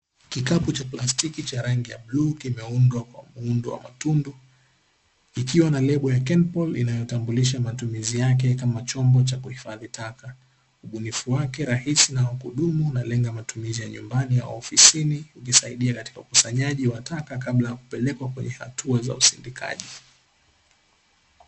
Kikapu cha plastiki chenye rangi ya bluu kimeundwa kwa muundo wa matundu, ikiwa na lebo ya "kenipori" inayotambulisha matumizi yake kama chombo cha kuhifadhi taka ubunifu wake ni rahisi na wakudumu, unaolenga matumizi ya nyumbani au ofisini ikisaidia ukusanyaji wa taka kabla ya kupeleka hatua za usindikaji.